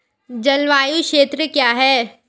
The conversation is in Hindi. जलवायु क्षेत्र क्या है?